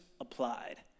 applied